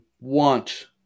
want